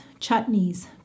chutneys